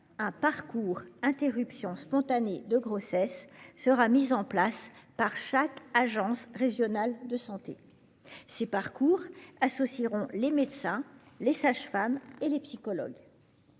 « parcours interruption spontanée de grossesse » sera mis en place par chaque agence régionale de santé (ARS). Ces parcours associeront les médecins, les sages-femmes et les psychologues.